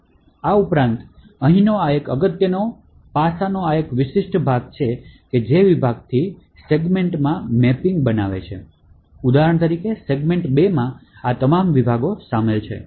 આ ઉપરાંત અહીંનો એક અગત્યનો પાસાનો આ વિશિષ્ટ ભાગ છે જે વિભાગથી સેગમેન્ટમાં મેપિંગ બનાવે છે તેથી ઉદાહરણ તરીકે સેગમેન્ટ 2 માં આ તમામ વિભાગો શામેલ છે